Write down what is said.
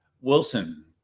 Wilson